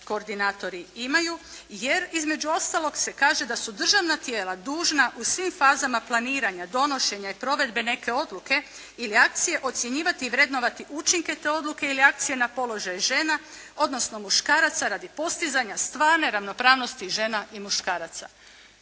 koordinatori imaju, jer između ostalog se kaže da su državna tijela dužna u svim fazama planiranja, donošenja i provedbe neke odluke ili akcije, ocjenjivati i vrednovati učinke te odluke ili akcije na položaj žena odnosno muškaraca radi postizanja stvarne ravnopravnosti žena i muškaraca.